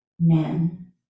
men